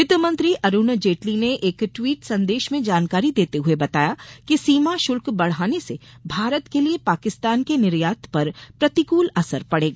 वित्तमंत्री अरूण जेटली ने एक ट्वीट संदेश में जानकारी देते हुए बताया कि सीमा शुल्क बढ़ाने से भारत के लिए पाकिस्तान के निर्यात पर प्रतिकूल असर पड़ेगा